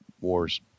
wars